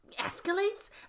escalates